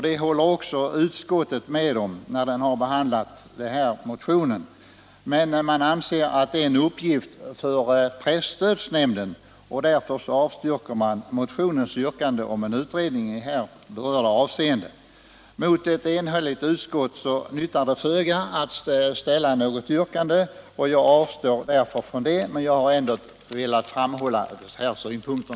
Det håller också utskottet med om när det behandlat motionen, men man anser att det är en uppgift för presstödsnämnden och därför avstyrker man motionens yrkande om en utredning i här berörda avseenden. Mot ett enhälligt utskott nyttar det föga att ställa något yrkande, och jag avstår därför från det, men jag har ändå velat framföra dessa synpunkter.